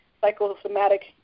psychosomatic